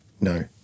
no